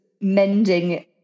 mending